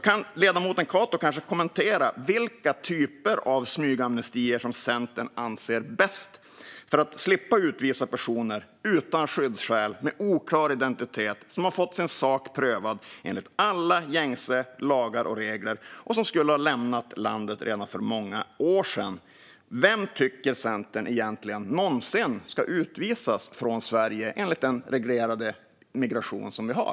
Kan ledamoten Cato kanske kommentera vilka typer av smygamnestier som Centern anser är bäst för att slippa utvisa personer utan skyddsskäl, med oklar identitet, som har fått sin sak prövad enligt alla gängse lagar och regler och skulle ha lämnat landet redan för många år sedan? Vem tycker Centern egentligen någonsin ska utvisas från Sverige enligt den reglerade migration som vi har?